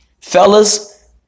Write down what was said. Fellas